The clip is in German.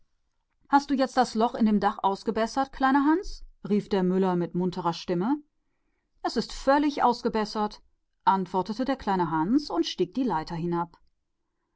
hast du das loch im dach schon ausgebessert kleiner hans rief er süß es ist fertig antwortete klein hans und stieg die leiter